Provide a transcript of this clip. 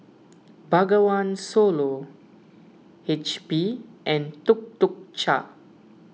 Bengawan Solo H P and Tuk Tuk Cha